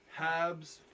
Habs